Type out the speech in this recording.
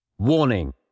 Warning